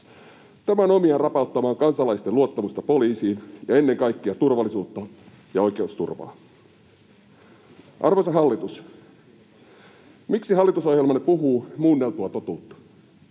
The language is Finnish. Tämä on omiaan rapauttamaan kansalaisten luottamusta poliisiin ja ennen kaikkea turvallisuutta ja oikeusturvaa. Arvoisa hallitus, miksi hallitusohjelmanne puhuu muunneltua totuutta?